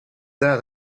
that